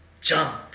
jump